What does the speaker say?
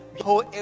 whole